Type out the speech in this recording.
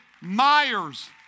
Myers